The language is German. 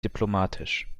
diplomatisch